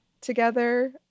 together